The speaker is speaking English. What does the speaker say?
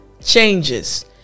changes